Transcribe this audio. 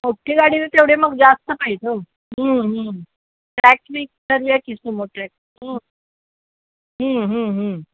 मोठी गाडी तर तेवढे मग जास्त पाहिजे हो ट्रॅक सुमो ट्रॅक